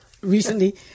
recently